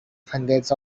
hundreds